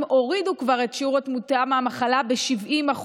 הורידו כבר את שיעור התמותה מהמחלה ב-70%.